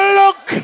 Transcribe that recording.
look